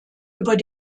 über